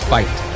Fight